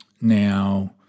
now